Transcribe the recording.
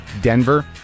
Denver